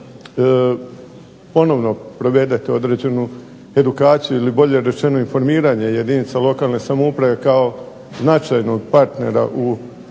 ponovno provedete određenu edukaciju, odnosno bolje rečeno informiranje jedinica lokalne samouprave kao značajnog partnera u